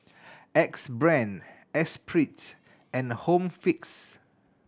Axe Brand Espirit and Home Fix